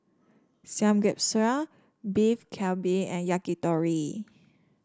Samgeyopsal Beef Galbi and Yakitori